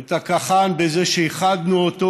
את הקח"ן בזה שאיחדנו אותו